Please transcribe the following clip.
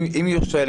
אם יורשה לי,